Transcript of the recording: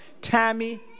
Tammy